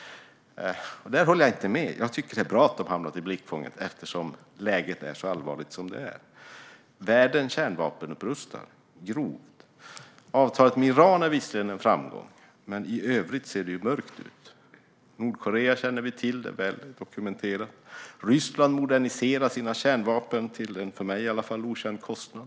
Där håller jag inte med. Jag tycker att det är bra att de har hamnat i blickfånget, eftersom läget är så allvarligt som det är. Världen kärnvapenupprustar grovt. Avtalet med Iran är visserligen en framgång, men i övrigt ser det mörkt ut. Hur det är med Nordkorea känner vi till. Det är väldokumenterat. Ryssland moderniserar sina kärnvapen till en i alla fall för mig okänd kostnad.